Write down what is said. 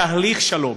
תהליך שלום,